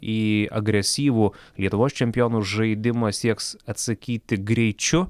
į agresyvų lietuvos čempionų žaidimą sieks atsakyti greičiu